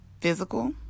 physical